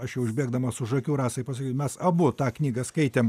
aš jau užbėgdamas už akių rasai pasaky mes abu tą knygą skaitėm